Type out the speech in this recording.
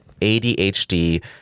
ADHD